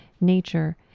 nature